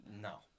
No